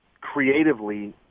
creatively